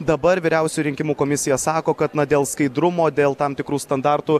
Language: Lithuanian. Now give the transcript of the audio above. dabar vyriausioji rinkimų komisija sako kad na dėl skaidrumo dėl tam tikrų standartų